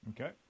Okay